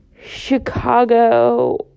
Chicago